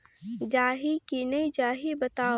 जाही की नइ जाही बताव?